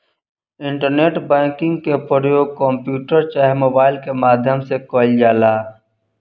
internet banking के परयोग computer चाहे मोबाइल के माध्यम से कईल जाला